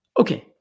Okay